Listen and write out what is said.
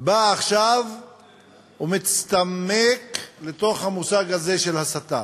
שבא עכשיו ומצטמק לתוך המושג הזה של הסתה.